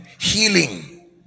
Healing